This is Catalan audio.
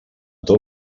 tot